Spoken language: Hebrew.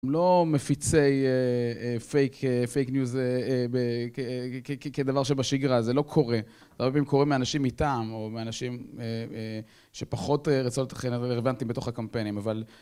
לא מפיצי פייק, פייק ניוז, כדבר שבשגרה, זה לא קורה. הרבה פעמים קורה מאנשים מטעם, או מאנשים שפחות רצו לתכנן רלוונטים בתוך הקמפיינים, אבל...